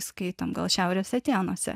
skaito gal šiaurės atėnuose